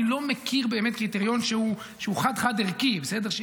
אני לא מכיר באמת קריטריון שהוא חד-חד-ערכי, בסדר?